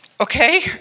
Okay